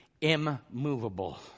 immovable